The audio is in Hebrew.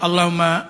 אלוהים,